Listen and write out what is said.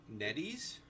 Netties